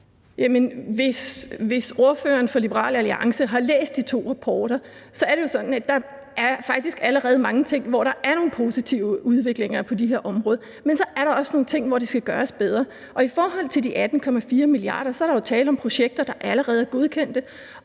hvis ordføreren for Liberal Alliance har læst de to rapporter, så er det jo sådan, at der faktisk allerede er mange områder, hvor der en positiv udvikling, men så er der også nogle områder, hvor det skal gøres bedre. I forhold til de 18,4 mia. kr. er der jo tale om projekter, der allerede er godkendt,